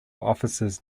officers